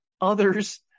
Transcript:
others